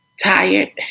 tired